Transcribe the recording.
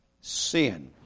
sin